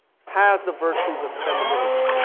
has the virtues of femininity.